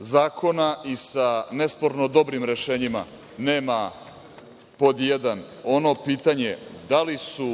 zakona i sa nesporno dobrim rešenjima nema. Pod jedan – ono pitanje da li su